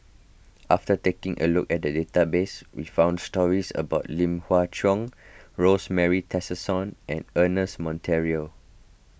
after taking a look at the database we found stories about Lim Hua Cheng Rosemary Tessensohn and Ernest Monteiro